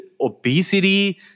obesity